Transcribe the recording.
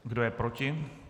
Kdo je proti?